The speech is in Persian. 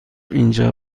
اینجا